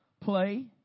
play